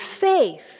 faith